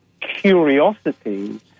curiosity